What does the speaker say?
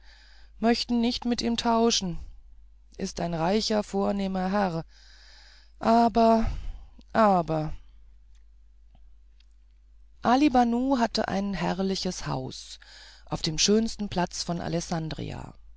möchten nicht mit ihm tauschen ist ein reicher vornehmer herr aber aber ali banu hatte ein herrliches haus auf dem schönsten platz von alessandria